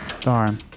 Darn